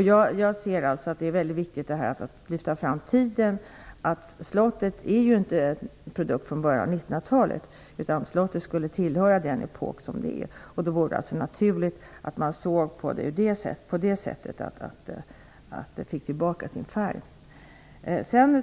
Jag anser att det är väldigt viktigt att lyfta fram tiden. Slottet är inte en produkt från början av 1900-talet, utan borde tillhöra den epok som det kommer ifrån. Då vore det naturligt att det fick tillbaka sin färg. Jag